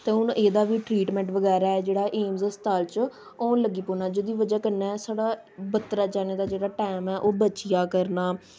ते हून एह्दा बी ट्रीटमैंट बगैरा जेह्ड़ा एम्स अस्पताल च होन लगी पौना जेह्दी बज़ह् कन्नै साढ़ा बत्रा जाने दा जेह्ड़ा टाइम ओह् बची जा करना